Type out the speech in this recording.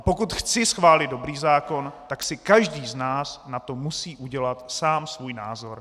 Pokud chci schválit dobrý zákon, tak si každý z nás na to musí udělat sám svůj názor.